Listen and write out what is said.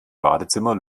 badezimmer